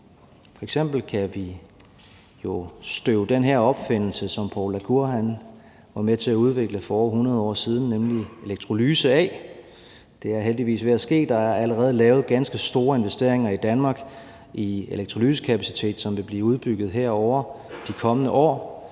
F.eks. kan vi jo støve den her opfindelse af, som Poul la Cour var med til at udvikle for over 100 år siden, nemlig elektrolyse. Det er heldigvis ved at ske. Der er allerede lavet ganske store investeringer i Danmark i elektrolysekapacitet, som vil blive udbygget her over de kommende år.